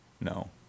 no